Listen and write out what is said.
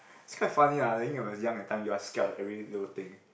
is kind of funny lah i think when I was young that time you are scare on every little thing